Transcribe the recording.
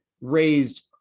raised